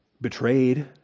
Betrayed